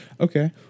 Okay